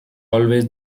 always